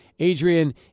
Adrian